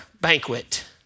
banquet